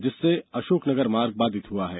जिससे अशोकनगर मार्ग बाधित हुआ है